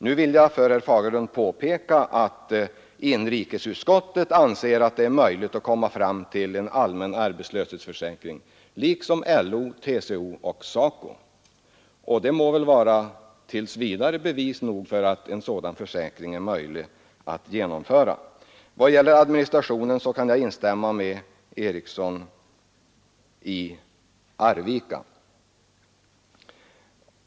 Jag vill för herr Fagerlund påpeka att inrikesutskottet anser att det är möjligt att komma fram till förslag om en allmän arbetslöshetsförsäkring — liksom LO, TCO och SACO. Det får väl tills vidare vara bevis nog för att en sådan försäkring är möjlig att genomföra. I vad gäller administrationen kan jag instämma med herr Eriksson i Arvika.